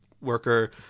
worker